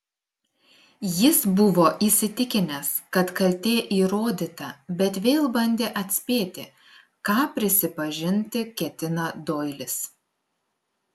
jis buvo įsitikinęs kad kaltė įrodyta bet vėl bandė atspėti ką prisipažinti ketina doilis